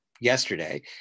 yesterday